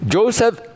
Joseph